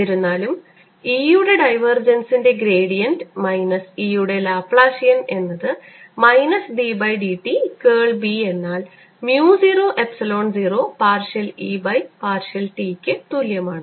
എന്നിരുന്നാലും E യുടെ ഡൈവർജൻസിന്റെ ഗ്രേഡിയൻറ് മൈനസ് E യുടെ ലാപ്ലാസിയൻ എന്നത് minus d by dt curl B എന്നാൽ mu 0 epsilon 0 partial E by partial t ക്ക് തുല്യമാണ്